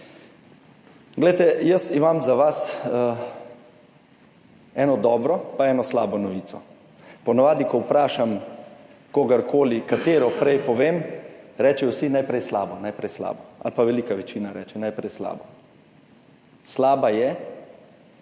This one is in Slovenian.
Glejte, jaz imam za vas eno dobro pa eno slabo novico. Ponavadi, ko vprašam kogarkoli, katero prej povem, rečejo vsi najprej slabo, najprej slabo, ali pa velika večina reče najprej slabo. Slaba je,